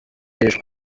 yishwe